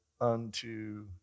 unto